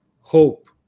hope